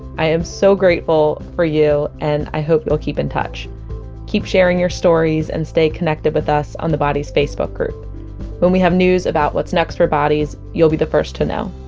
i am so grateful for you and i hope you'll keep in touch keep sharing your stories and stay connected with us in the bodies facebook group when we have news about what's next for bodies, you'll be the first to know